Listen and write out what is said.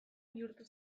bihurtu